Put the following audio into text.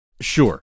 Sure